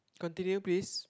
continue please